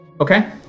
Okay